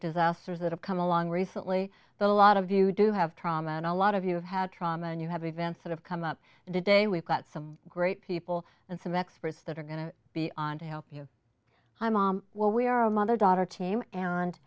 disasters that have come along recently a lot of you do have trauma and a lot of you have had trauma and you have events that have come up and today we've got some great people and some experts that are going to be on to help you my mom well we are a mother daughter team and